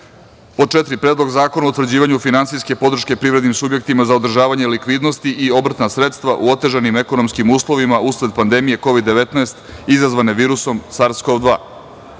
godine;4. Predlog zakona o utvrđivanju finansijske podrške privrednim subjektima za održavanje likvidnosti i obrtna sredstva u otežanim ekonomskim uslovima usled pandemije Kovid 19 izazvane virusom Sars kov